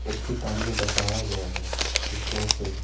इस किताब में बताया गया है कि कैसे